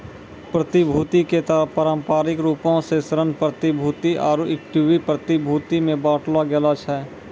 प्रतिभूति के पारंपरिक रूपो से ऋण प्रतिभूति आरु इक्विटी प्रतिभूति मे बांटलो गेलो छै